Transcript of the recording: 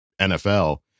NFL